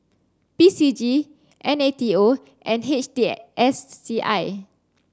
P C G N A T O and H T S C I